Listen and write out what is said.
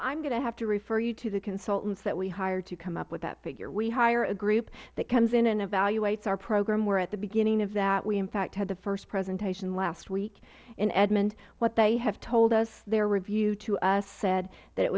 to have to refer you to the consultants that we hire to come up with that figure we hire a group that comes in and evaluates our program where at the beginning of that we in fact had the first presentation last week in edmond what they have told us their review to us said that it